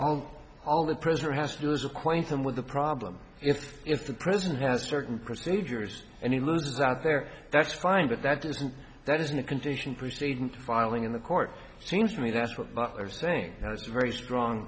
all the president has to do was acquaint them with the problem if if the president has certain procedures and he lives out there that's fine but that isn't that isn't a condition preceding filing in the court seems to me that's what they're saying there is a very strong